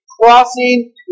crossing